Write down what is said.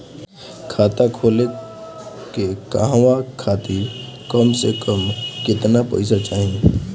खाता खोले के कहवा खातिर कम से कम केतना पइसा चाहीं?